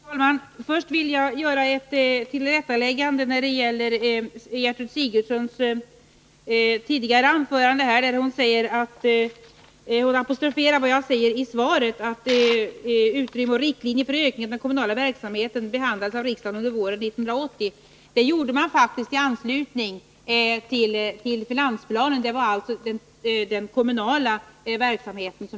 Herr talman! Jag vill först göra ett tillrättaläggande beträffande en sak i Gertrud Sigurdsens tidigare anförande. Hon tog upp följande mening i mitt svar: ”Utrymme och riktlinjer för ökning av den kommunala verksamheten behandlades av riksdagen under våren 1980.” Det gjorde man faktiskt i anslutning till finansplanen, och det gällde alltså den kommunala verksamheten.